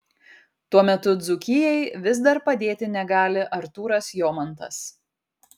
tuo metu dzūkijai vis dar padėti negali artūras jomantas